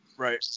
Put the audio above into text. Right